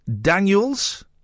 Daniels